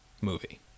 movie